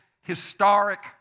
historic